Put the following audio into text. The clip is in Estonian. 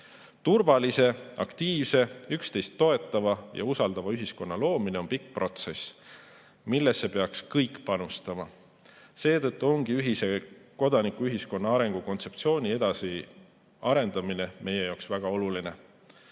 Turvalise, aktiivse, üksteist toetava ja usaldava ühiskonna loomine on pikk protsess, millesse kõik peaksid panustama. Seetõttu ongi ühise kodanikuühiskonna arengukontseptsiooni edasiarendamine meie jaoks väga